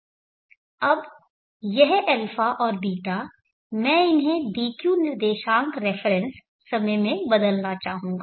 अब यह α और β मैं इन्हे dq निर्देशांक रेफरेन्स समय में बदलना चाहूंगा